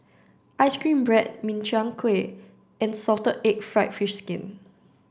ice cream bread Min Chiang Kueh and salted egg fried fish skin